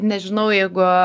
nežinau jeigu